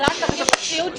היצרן מכיר את הציוד שלו,